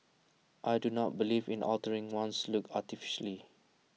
I do not believe in altering one's looks artificially